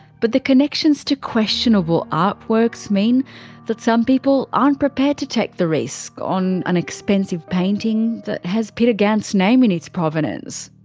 but the connections to questionable artworks mean that some people aren't prepared to take the risk on an expensive painting that has peter gant's name in its provenance.